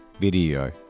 video